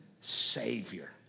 Savior